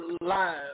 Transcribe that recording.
live